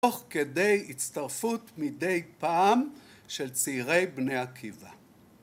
תוך כדי הצטרפות מדי פעם של צעירי בני עקיבא.